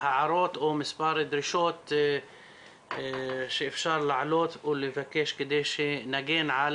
הערות או מספר דרישות שאפשר להעלות ולבקש כדי שנגן על